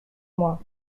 moi